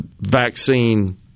vaccine